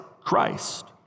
Christ